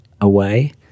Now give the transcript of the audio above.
away